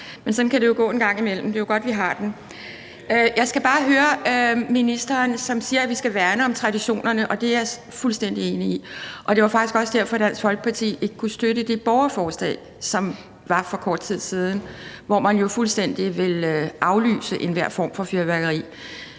men sådan kan det gå en gang imellem. Det er jo godt, at vi har den. Ministeren siger, at vi skal værne om traditionerne, og det er jeg fuldstændig enig i. Det var faktisk også derfor, Dansk Folkeparti ikke kunne støtte det borgerforslag, som der var for kort tid siden, og hvor man jo fuldstændig ville aflyse enhver form for fyrværkeri.